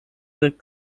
dek